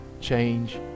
change